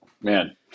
Man